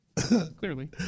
Clearly